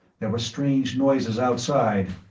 there were strange noises outside,